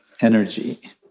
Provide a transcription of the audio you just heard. energy